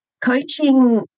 coaching